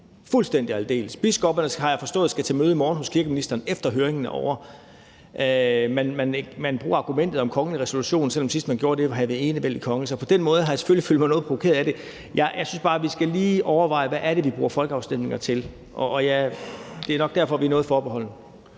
fuldstændig og aldeles. Biskopperne, har jeg forstået, skal til møde i morgen hos kirkeministeren, efter at høringen er ovre. Man bruger argumentet om kongelig resolution, selv om vi, sidst man gjorde det, havde enevældig konge. Så på den måde har jeg selvfølgelig følt mig noget provokeret af det. Jeg synes bare, vi lige skal overveje, hvad det er, vi bruger folkeafstemninger til. Det er nok derfor, vi er noget forbeholdne.